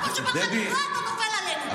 כל פעם שבא לך לפגוע, אתה נופל עלינו.